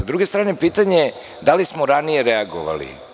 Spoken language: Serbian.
Sa druge strane, pitanje da li smo ranije reagovali?